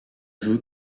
vœux